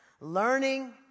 learning